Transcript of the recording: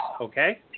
Okay